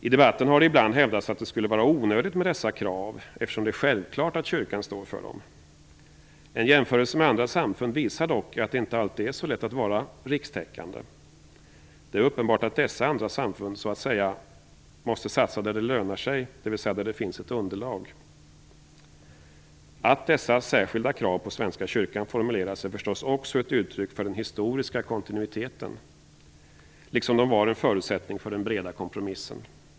I debatten har det ibland hävdats att det skulle vara onödigt med dessa krav, eftersom det är självklart att kyrkan står för dem. En jämförelse med andra samfund visar dock att det inte alltid är så lätt att vara rikstäckande. Det är uppenbart att dessa andra samfund så att säga måste satsa där det lönar sig, dvs. där det finns ett underlag. Att dessa särskilda krav på Svenska kyrkan formuleras är förstås också ett uttryck för den historiska kontinuiteten liksom de var en förutsättning för den breda kompromissen.